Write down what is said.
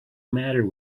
matter